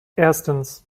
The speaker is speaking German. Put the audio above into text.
erstens